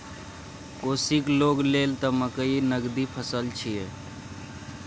कोशीक लोग लेल त मकई नगदी फसल छियै